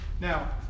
Now